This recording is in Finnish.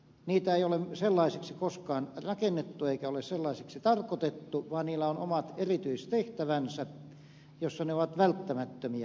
niitä ei ole sellaisiksi koskaan rakennettu eikä ole sellaisiksi tarkoitettu vaan niillä on omat erityistehtävänsä jossa ne ovat välttämättömiä